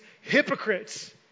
hypocrites